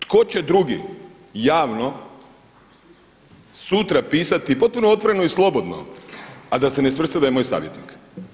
Tko će drugi javno sutra pisati potpuno otvoreno i slobodno, a da se ne svrsta da je moj savjetnik?